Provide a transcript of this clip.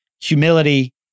humility